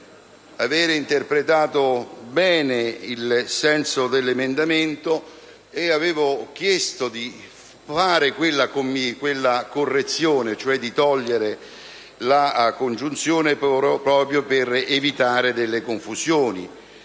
aver interpretato bene il senso dell'emendamento e avevo chiesto di fare quella correzione, cioè di togliere la congiunzione «e», proprio per evitare delle confusioni.